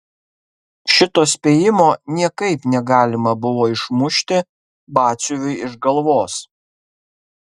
šito spėjimo niekaip negalima buvo išmušti batsiuviui iš galvos